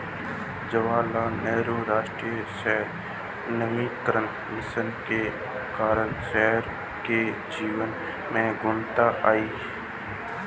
जवाहरलाल नेहरू राष्ट्रीय शहरी नवीकरण मिशन के कारण शहर के जीवन में गुणवत्ता आई